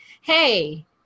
hey